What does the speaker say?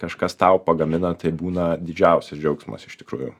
kažkas tau pagamina tai būna didžiausias džiaugsmas iš tikrųjų